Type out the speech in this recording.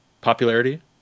popularity